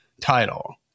title